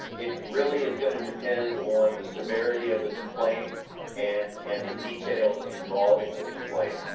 it really is gonna depend on the severity of the complaint and and the details involving the complaint.